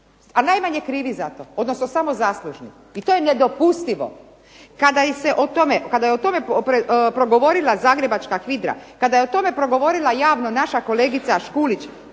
A najmanje krivi za to, odnosno samo zaslužni. I to je nedopustivo! Kada je o tome progovorila zagrebačka HVIDR-a, kada je o tome progovorila javno naša kolegica Škulić